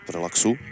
Relaxu